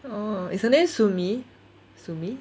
oh is the name